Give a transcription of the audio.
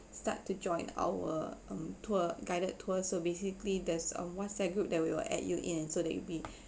start to join our um tour guided tour so basically there's a whatsapp group that we will add you in so that you would be